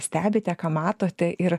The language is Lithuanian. stebite ką matote ir